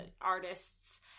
artists